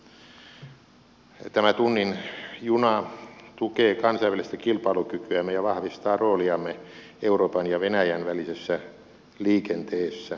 tämä tunnin juna tukee kansainvälistä kilpailukykyämme ja vahvistaa rooliamme euroopan ja venäjän välisessä liikenteessä